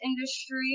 industry